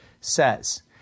says